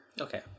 Okay